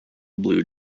blue